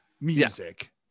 Music